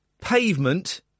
pavement